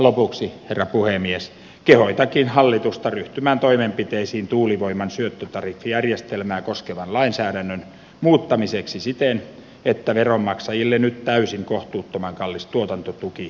lopuksi herra puhemies kehotankin hallitusta ryhtymään toimenpiteisiin tuulivoiman syöttötariffijärjestelmää koskevan lainsäädännön muuttamiseksi siten että veronmaksajille nyt täysin kohtuuttoman kallis tuotantotuki puolitetaan